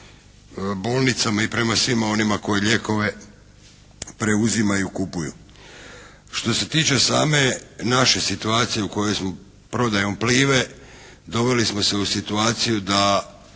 bolnicama i prema svima onima koji lijekove preuzimaju, kupuju. Što se tiče same naše situacije u kojoj smo prodajom "Plive" doveli smo se u situaciju da